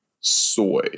Soy